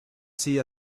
see